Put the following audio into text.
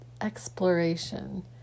exploration